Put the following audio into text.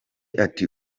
ati